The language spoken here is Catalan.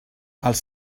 els